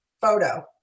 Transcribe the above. photo